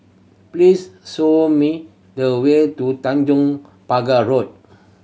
please show me the way to Tanjong Pagar Road